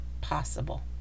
possible